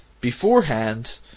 beforehand